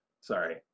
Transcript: Sorry